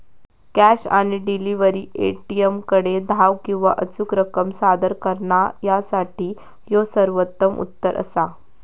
cash on delivery, ए.टी.एमकडे धाव किंवा अचूक रक्कम सादर करणा यासाठी ह्यो सर्वोत्तम उत्तर असा